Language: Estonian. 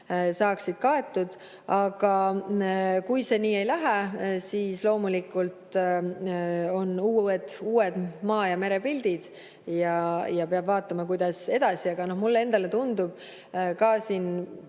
saaksid kaetud. Aga kui see nii ei lähe, siis loomulikult on uued maa ja mere pildid. Peab vaatama, kuidas edasi. Mulle endale tundub, siin